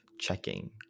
checking